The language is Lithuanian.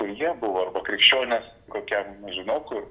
jie buvo arba krikščiones kokie nežinau kur